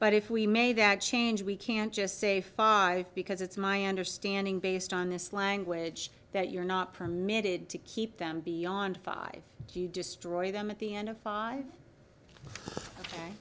but if we made that change we can't just say five because it's my understanding based on this language that you're not permitted to keep them beyond five you destroy them at the end of five